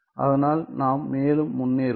அதனால் நாம் மேலும் முன்னேறுவோம்